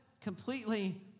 completely